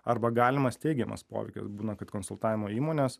arba galimas teigiamas poveikis būna kad konsultavimo įmonės